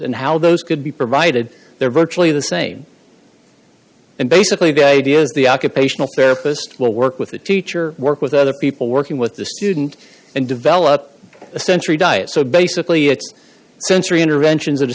and how those could be provided they're virtually the same and basically the idea is the occupational therapist will work with the teacher work with other people working with the student and develop a century diet so basically it's sensory interventions t